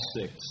six